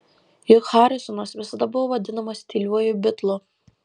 juk harrisonas visada buvo vadinamas tyliuoju bitlu